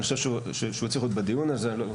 אני חושב שהוא צריך להיות בדיון הזה.